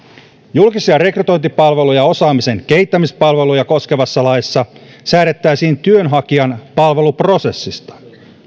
julkisia rekrytointipalveluja ja osaamisen kehittämispalveluja koskevassa laissa säädettäisiin työnhakijan palveluprosessista